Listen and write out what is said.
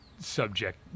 subject